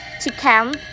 chicken